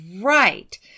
Right